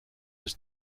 his